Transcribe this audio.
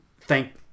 thank